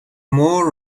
more